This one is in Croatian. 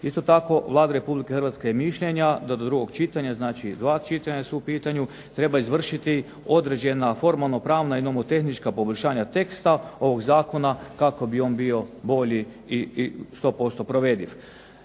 Isto tako Vlada Republike Hrvatske je mišljenja da do drugog čitanja, znači dva čitanja su u pitanju, treba izvršiti određeno formalno pravna i nomotehnička poboljšanja teksta ovog Zakona kako bi on bio bolji i 100% provediv.